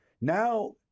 Now